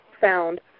found